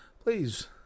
Please